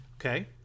Okay